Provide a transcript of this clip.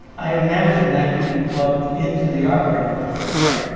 i imagine that can be put into the operating budget, right?